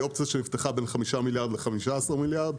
זאת אופציה שנפתחה בין 5 מיליארד ל-15 מיליארד.